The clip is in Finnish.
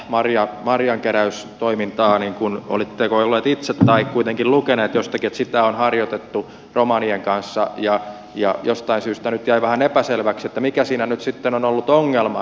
marja marjankeräystoimintaa olitteko ollut itse tai kuitenkin lukenut jostakin on harjoitettu romanien kanssa ja jostain syystä nyt jäi vähän epäselväksi mikä siinä nyt sitten on ollut ongelma